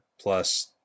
plus